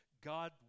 God